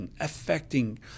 affecting